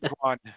one